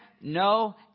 no